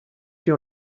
your